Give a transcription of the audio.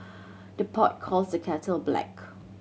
the pot calls the kettle black